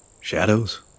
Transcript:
shadows